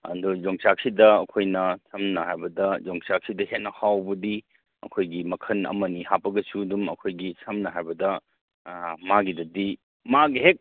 ꯑꯗꯨ ꯌꯣꯡꯆꯥꯛꯁꯤꯗ ꯑꯩꯈꯣꯏꯅ ꯁꯝꯅ ꯍꯥꯏꯕꯗ ꯌꯣꯡꯆꯥꯛꯁꯤꯗ ꯍꯦꯟꯅ ꯍꯥꯎꯕꯗꯤ ꯑꯩꯈꯣꯏꯒꯤ ꯃꯈꯟ ꯑꯃꯅꯤ ꯍꯥꯞꯄꯒꯁꯨ ꯑꯗꯨꯝ ꯑꯩꯈꯣꯏꯒꯤ ꯁꯝꯅ ꯍꯥꯏꯔꯕꯗ ꯃꯥꯒꯤꯗꯗꯤ ꯃꯥꯒ ꯍꯦꯛ